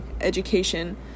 education